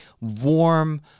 warm